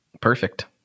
perfect